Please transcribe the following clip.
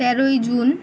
তেরোই জুন